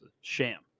sham